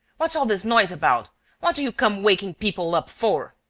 what's all this noise about what do you come waking people up for?